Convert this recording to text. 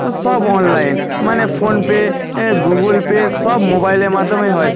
সব অনলাইন মানে ফোনপে এ গুগল পে সব মোবাইলের মাধ্যমে হয়